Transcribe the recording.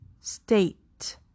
state